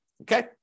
okay